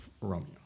Romeo